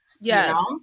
Yes